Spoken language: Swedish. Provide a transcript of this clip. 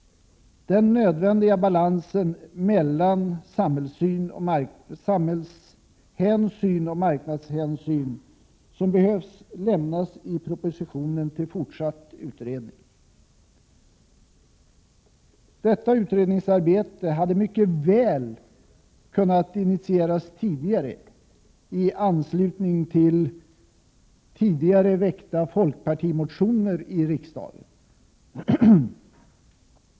Den nödvändiga balansen mellan samhällshänsyn och marknadshänsyn som behövs, lämnas i propositionen till fortsatt utredning. Detta utredningsarbete hade mycket väl kunnat initieras tidigare i anslutning till tidigare väckta folkpartimotioner i riksdagen.